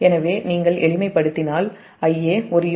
எனவே நீங்கள் எளிமைப் படுத்தினால் Ia ஒரு யூனிட்டுக்கு j 0